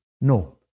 No